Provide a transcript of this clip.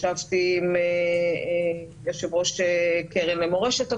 ישבתי עם יושב ראש הקרן למורשת הכותל,